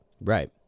Right